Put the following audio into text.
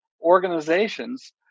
organizations